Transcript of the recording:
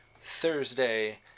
Thursday